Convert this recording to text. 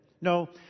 No